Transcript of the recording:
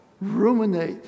ruminate